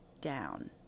down